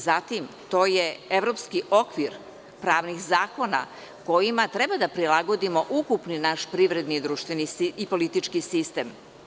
Zatim, to je evropski okvir pravnih zakona kojima treba da prilagodimo ukupni naš privredni i društveni i politički sistem.